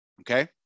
okay